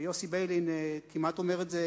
יוסי ביילין כמעט אומר את זה